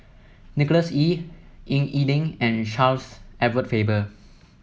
Nicholas Ee Ying E Ding and Charles Edward Faber